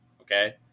Okay